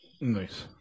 Nice